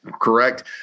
correct